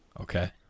Okay